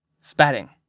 spatting